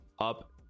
up